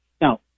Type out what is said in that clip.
Now